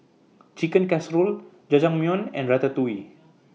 Chicken Casserole Jajangmyeon and Ratatouille